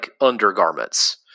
undergarments